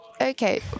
Okay